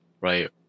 right